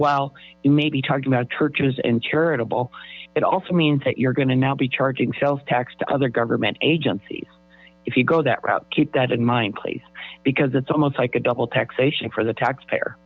you may be talking about churches and charitable it also means that you're going to now be charging sales tax to other government agencies if you go that route keep that in mind please because it's almost like a double taxation for the taxpayer